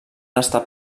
estat